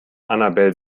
annabel